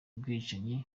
umwicanyi